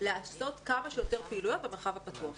לעשות כמה שיותר פעילויות במרחב הפתוח.